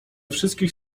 wszystkich